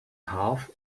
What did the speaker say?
half